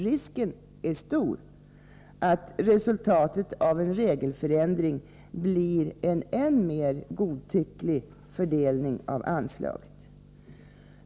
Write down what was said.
Risken är stor att resultatet av en regelförändring blir en än mer godtycklig fördelning av anslaget.